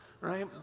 right